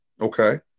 Okay